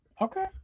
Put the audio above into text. Okay